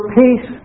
peace